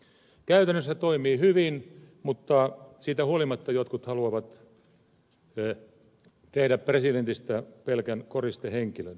käytännössä se toimii hyvin mutta siitä huolimatta jotkut haluavat tehdä presidentistä pelkän koristehenkilön